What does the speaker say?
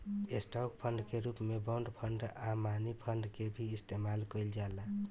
stock fund के रूप में बॉन्ड फंड आ मनी फंड के भी इस्तमाल कईल जाला